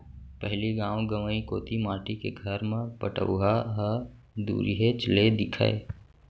पहिली गॉव गँवई कोती माटी के घर म पटउहॉं ह दुरिहेच ले दिखय